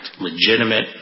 legitimate